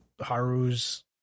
Haru's